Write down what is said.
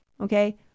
Okay